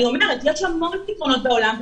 יש המון פתרונות בעולם.